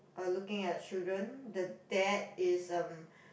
um looking at the children the dad is um